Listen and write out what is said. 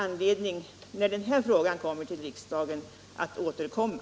När den frågan behandlas i riksdagen blir det naturligtvis anledning att återkomma.